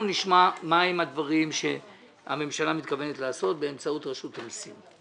אנחנו נשמע מה הם הדברים שהממשלה מתכוונת לעשות באמצעות רשות המסים.